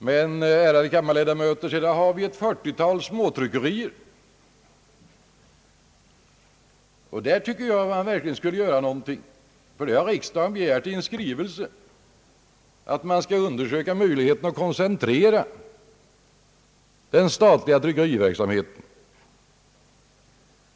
Men, ärade kammarledamöter, sedan har vi ett fyrtiotal småtryckerier. Där tycker jag att man verkligen skall göra något. Riksdagen har ju i en skrivelse begärt, att man skall undersöka möjligheterna att koncentrera den statliga tryckeriverksamheten.